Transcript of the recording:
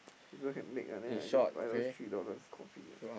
people can make ah then I just buy those three dollars coffee ah